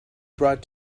brought